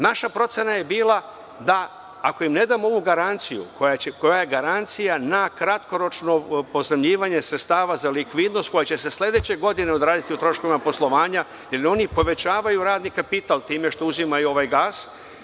Naša procena je bila da, ako ne damo ovu garanciju koja je garancija na kratkoročno pozajmljivanje sredstava za likvidnost, koja će se sledeće godine odraziti u troškovima poslovanja jer oni povećavaju radni kapital time što uzimaju ovaj gas.